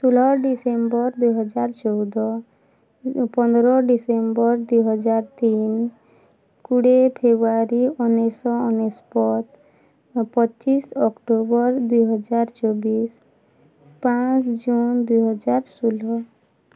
ଷୋହଳ ଡିସେମ୍ବର ଦୁଇ ହଜାର ଚଉଦ ପନ୍ଦର ଡିସେମ୍ବର ଦୁଇ ହଜାର ତିନି କୋଡ଼ିଏ ଫେବୃଆରୀ ଉଣେଇଶ ଅନେଶତ ପଚିଶ ଅକ୍ଟୋବର ଦୁଇ ହଜାର ଚବିଶ ପାଞ୍ଚ ଜୁନ୍ ଦୁଇ ହଜାର ଷୋହଳ